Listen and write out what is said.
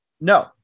No